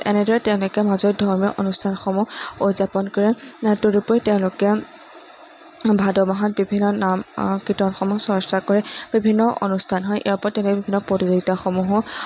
এনেদৰে তেওঁলোকে সমাজত ধৰ্মীয় অনুষ্ঠানসমূহ উদযাপন কৰে তদুপৰি তেওঁলোকে ভাদ মাহত বিভিন্ন নাম কীৰ্তনসমূহ চৰ্চা কৰে বিভিন্ন অনুষ্ঠান হয় ইয়াৰ উপৰিও তেনেকৈ বিভিন্ন প্ৰতিযোগিতাসমূহো